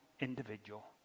individual